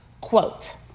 Quote